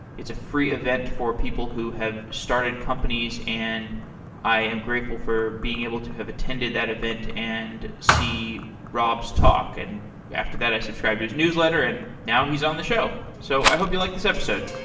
it's a free event for people who have started companies, and i am grateful for being able to have attended that event and see rob's talk. and after after that, i subscribed to his newsletter, and now he's on the show. so i hope you like this episode